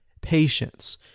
patience